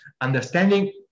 understanding